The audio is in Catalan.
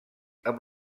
amb